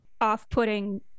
off-putting